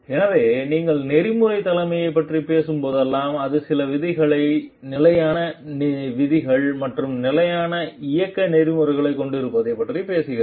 எனவே நீங்கள் நெறிமுறைத் தலைமையைப் பற்றிப் பேசும் போதெல்லாம் அது சில விதிமுறைகள் நிலையான விதிகள் மற்றும் நிலையான இயக்க செயல்முறைகளைக் கொண்டிருப்பதைப் பற்றி பேசுகிறது